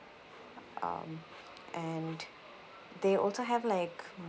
um and they also have like